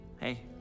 Hey